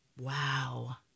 Wow